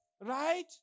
right